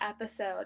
episode